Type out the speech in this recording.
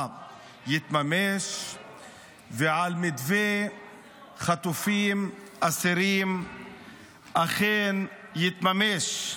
יתממש ומתווה החטופים אסירים אכן יתממש.